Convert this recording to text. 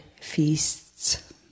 feasts